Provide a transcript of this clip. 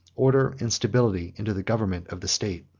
order, and stability, into the government of the state.